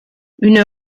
une